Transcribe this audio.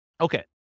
Okay